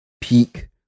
peak